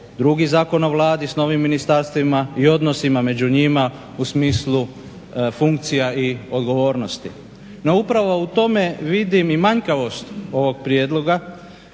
drugi zakon na Vladi s novim ministarstvima i odnosima među njima u smislu funkcija i odgovornosti. No, upravo u tome vidim i manjkavost ovog prijedloga